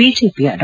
ಬಿಜೆಪಿಯ ಡಾ